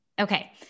okay